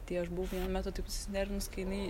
tai aš buvau vienu metu taip susinervinus kai jinai